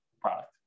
product